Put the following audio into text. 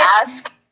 ask